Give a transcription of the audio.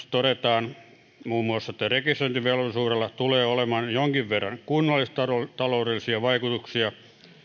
todetaan muun muassa että rekisteröintivelvollisuudella tulee olemaan jonkin verran kunnallistaloudellisia vaikutuksia